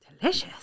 Delicious